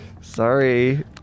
Sorry